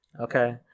Okay